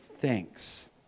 thanks